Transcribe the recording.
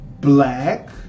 black